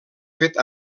fet